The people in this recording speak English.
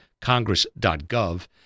congress.gov